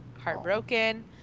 Heartbroken